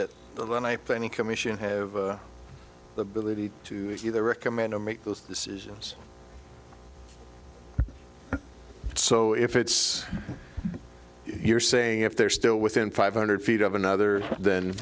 any commission have the ability to either recommend or make those decisions so if it's you're saying if they're still within five hundred feet of another then